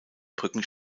brücken